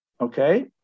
okay